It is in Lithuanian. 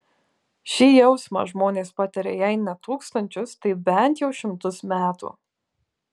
šį jausmą žmonės patiria jei ne tūkstančius tai bent jau šimtus metų